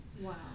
Wow